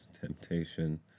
temptation